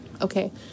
Okay